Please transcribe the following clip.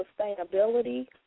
sustainability